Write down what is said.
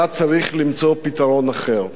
היה צריך למצוא פתרון אחר.